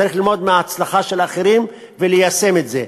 צריך ללמוד מההצלחה של אחרים וליישם את זה.